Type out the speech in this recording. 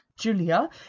Julia